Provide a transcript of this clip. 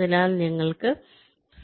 അതിനാൽ ഞങ്ങൾക്ക്